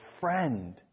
friend